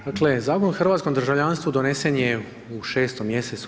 Dakle, Zakon o hrvatskom državljanstvu donesen je u 6. mj.